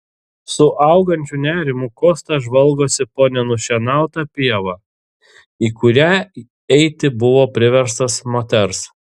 su augančiu nerimu kostas žvalgosi po nenušienautą pievą į kurią eiti buvo priverstas moters